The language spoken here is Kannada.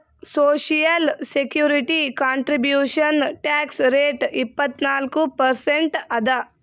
social security contribution tax rate ಇಪ್ಪತ್ನಾಲ್ಕು ಪರ್ಸೆಂಟ್ ಅದ